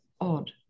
odd